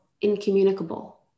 incommunicable